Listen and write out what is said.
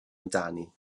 amdani